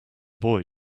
boy